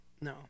no